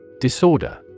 Disorder